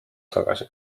tagasi